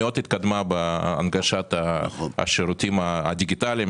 מאוד התקדמה בהנגשת השירותים הדיגיטליים,